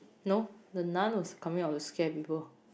no the-nun was coming out to scare people